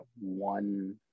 one